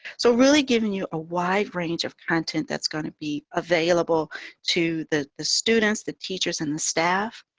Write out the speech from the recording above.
so really giving you a wide range of content that's going to be available to the the students, the teachers and the staff.